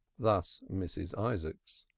thus mrs. isaacs.